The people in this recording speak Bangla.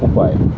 উপায়